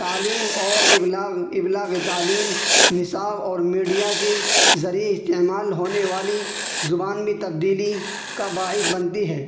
تعلیم اور ابلاغ ابلاغ تعلیم نصاب میڈیا کے ذریعے استعمال ہونے والی زبان میں تبدیلی کا باعث بنتی ہے